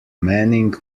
manning